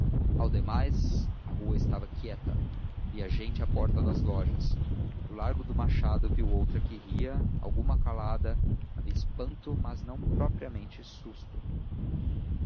ao demais a rua estava quieta via gente à porta das lojas no largo do machado viu outra que ria alguma calada havia espanto mas não havia propriamente susto